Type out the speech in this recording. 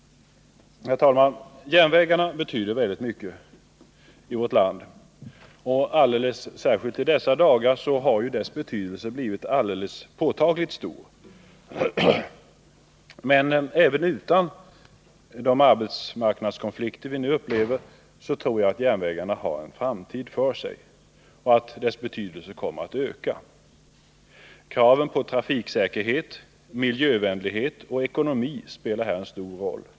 Herr talman! Järnvägarna har betytt mycket i vårt land, och alldeles särskilt i dessa dagar är deras betydelse större än på länge. Men även utan arbetsmarknadskonflikter tror jag att järnvägarnas betydelse för Sveriges kommunikationer kommer att öka. Krav på trafiksäkerhet, miljövänlighet och ekonomi spelar här en stor roll.